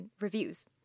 reviews